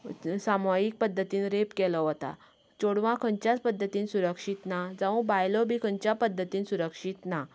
सामुहीक पद्दतीन रेप केलो वता चेडवां खंयच्याच पद्दतीन सुरक्षीत ना जावं बायलो बी खंयच्याच पद्दतीन सुरक्षीत ना